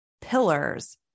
pillars